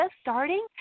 starting